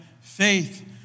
Faith